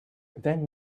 then